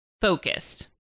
focused